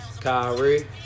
Kyrie